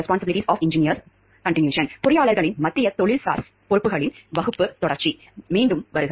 மீண்டும் வருக